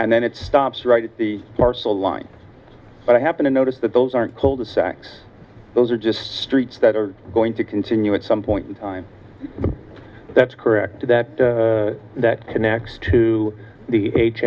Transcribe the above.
and then it stops right at the parcel line but i happen to notice that those aren't called the sacks those are just streets that are going to continue at some point in time that's correct that that connects to the